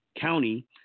county